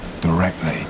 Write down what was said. directly